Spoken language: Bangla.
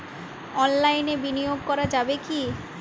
অনলাইনে বিনিয়োগ করা যাবে কি?